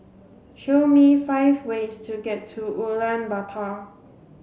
show me five ways to get to Ulaanbaatar